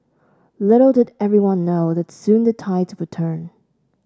little did everyone know that soon the tides would turn